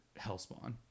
hellspawn